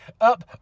up